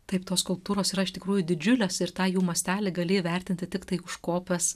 taip tos skulptūros yra iš tikrųjų didžiulės ir tą jų mastelį gali įvertinti tiktai užkopęs